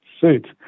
suit